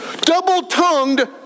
double-tongued